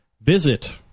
Visit